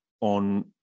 on